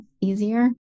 easier